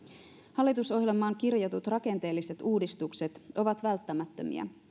hallitusohjelmaan kirjatut rakenteelliset uudistukset ovat välttämättömiä